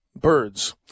birds